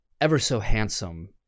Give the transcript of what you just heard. ever-so-handsome